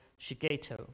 Shigeto